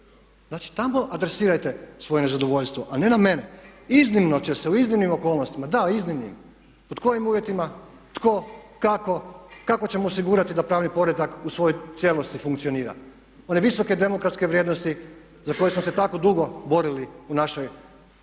Znači tamo adresirajte svoje nezadovoljstvo, a ne na mene. Iznimno će se u iznimnim okolnostima. Da, iznimnim. Pod kojim uvjetima, tko, kako, kako ćemo osigurati da pravni poredak u svojoj cijelosti funkcionira? One visoke demokratske vrijednosti za koje smo se tako dugo borili u našoj opstojnosti